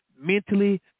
mentally